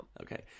Okay